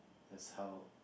that's how